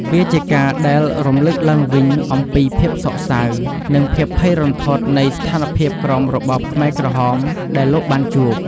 វាជាការដែលរំលឹកឡើងវិញអំពីភាពសោកសៅ និងភាពភ័យរន្ធត់នៃស្ថានភាពក្រោមរបបខ្មែរក្រហមដែលលោកបានជួប។